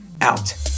out